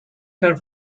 her